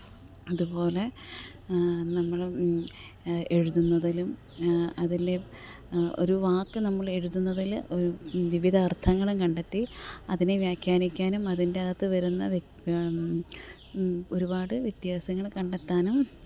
അതുപോലെ നമ്മൾ എഴുതുന്നതിലും അതിലെ ഒരു വാക്ക് നമ്മൾ എഴുതുന്നതിൽ ഒരു വിവിധ അര്ത്ഥങ്ങളും കണ്ടെത്തി അതിനെ വ്യാഖ്യാനിക്കാനും അതിൻ്റെ അകത്ത് വരുന്ന ഒരുപാട് വ്യത്യാസങ്ങൾ കണ്ടെത്താനും